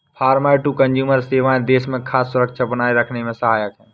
farmer to consumer सेवाएं देश में खाद्य सुरक्षा बनाए रखने में सहायक है